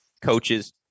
coaches